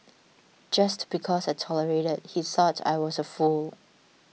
just because I tolerated he thought I was a fool